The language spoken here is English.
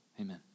Amen